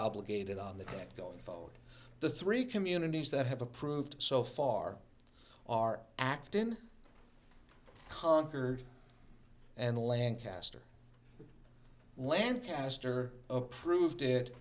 obligated on the go and vote the three communities that have approved so far are act in concord and lancaster lancaster approved it